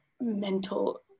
mental